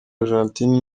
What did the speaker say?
argentine